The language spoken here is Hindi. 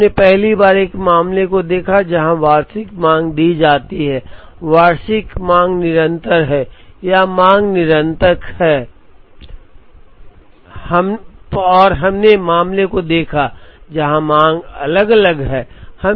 हमने पहली बार एक मामले को देखा जहां वार्षिक मांग दी जाती है वार्षिक मांग निरंतर है या मांग निरंतर है और हमने मामले को देखा जहां मांग अलग अलग है